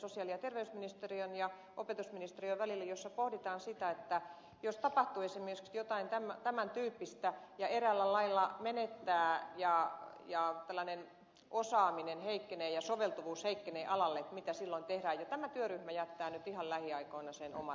sosiaali ja terveysministeriön ja opetusministeriön välillä on yhteinen työryhmä jossa pohditaan sitä että jos tapahtuu esimerkiksi jotain tämän tyyppistä ja eräällä lailla menettää tällainen osaaminen heikkenee ja soveltuvuus heikkenee alalle mitä silloin tehdään ja tämä työryhmä jättää nyt ihan lähiaikoina oman raporttinsa